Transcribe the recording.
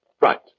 Right